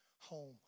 home